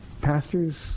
Pastors